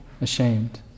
ashamed